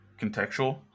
Contextual